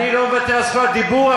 אני לא מוותר על זכות הדיבור,